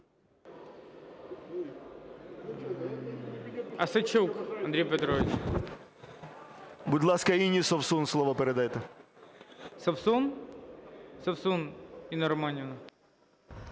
Совсун Інна Романівна.